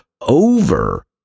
over